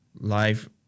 Life